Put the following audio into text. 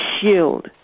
shield